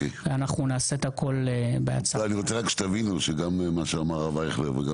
אני רוצה רק שתבינו שגם מה שאמר הרב אייכלר וגם